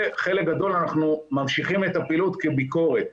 וחלק גדול אנחנו ממשיכים את הפעילות כביקורת.